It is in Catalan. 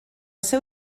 seu